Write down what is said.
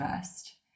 first